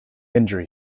injury